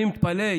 אני מתפלא.